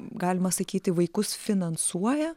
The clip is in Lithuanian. galima sakyti vaikus finansuoja